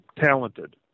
talented